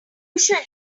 usually